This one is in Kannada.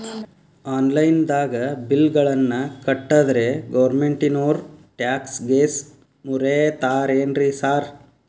ಆನ್ಲೈನ್ ದಾಗ ಬಿಲ್ ಗಳನ್ನಾ ಕಟ್ಟದ್ರೆ ಗೋರ್ಮೆಂಟಿನೋರ್ ಟ್ಯಾಕ್ಸ್ ಗೇಸ್ ಮುರೇತಾರೆನ್ರಿ ಸಾರ್?